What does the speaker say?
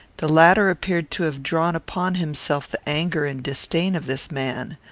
the latter appeared to have drawn upon himself the anger and disdain of this man.